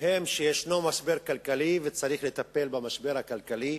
הוא שיש משבר כלכלי וצריך לטפל במשבר הכלכלי